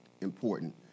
important